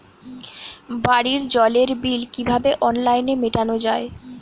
বাড়ির জলের বিল কিভাবে অনলাইনে মেটানো যায়?